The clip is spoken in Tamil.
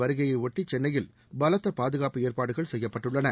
வருகையொட்டி சென்னையில் பலத்த பாதுகாப்பு பிரதமரின் ஏற்பாடுகள் செய்யப்பட்டுள்ளன